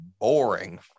boring